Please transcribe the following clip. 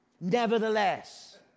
nevertheless